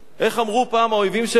איך אמרו פעם האויבים שלנו?